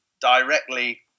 directly